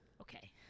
Okay